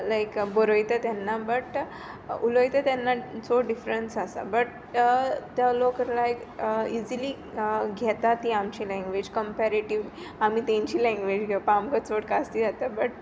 लायक बोरोयता तेन्ना बट उलोयता तेन्ना चड डिफरंस आसा बट तो लोक लायक इजिली घेता ती आमची लँग्वेज कमपेरेटिवली आमी तेंची लँग्वेज घेवपा आमकां चड कास्तीक जाता बट